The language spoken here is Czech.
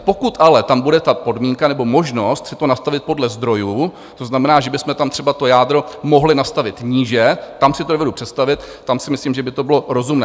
Pokud ale tam bude ta podmínka nebo možnost si to nastavit podle zdrojů, to znamená, že bychom tam třeba to jádro mohli nastavit níže, tam si to dovedu představit, tam si myslím, že by to bylo rozumné.